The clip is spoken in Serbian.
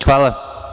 Hvala.